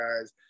guys